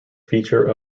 feature